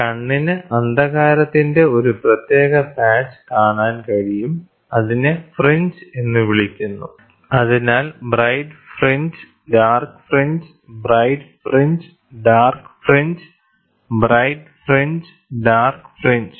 കണ്ണിന് അന്ധകാരത്തിന്റെ ഒരു പ്രത്യേക പാച്ച് കാണാൻ കഴിയും അതിനെ ഫ്രിഞ്ച് എന്ന് വിളിക്കുന്നു അതിനാൽ bright fringe dark fringe bright fringe dark fringe bright fringe dark fringe